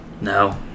No